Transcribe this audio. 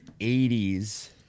80s